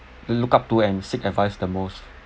look up to and seek advice the most